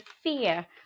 fear